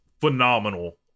phenomenal